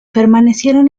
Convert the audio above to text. permanecieron